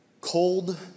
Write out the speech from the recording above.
Cold